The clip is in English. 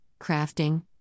crafting